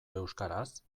euskaraz